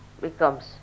becomes